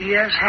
Yes